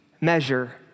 measure